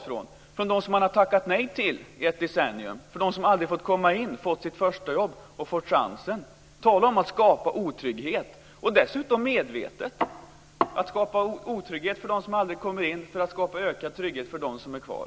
Ska de tas från dem som man har tackat nej till i ett decennium, från dem som aldrig har fått chansen att komma in på arbetsmarknaden och få sitt första jobb? Tala om att skapa otrygghet, och dessutom medvetet! Man har skapat otrygghet för dem som aldrig kommer in för att skapa ökad trygghet för dem som är kvar.